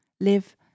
live